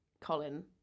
Colin